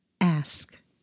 Ask